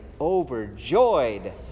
overjoyed